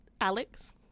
Alex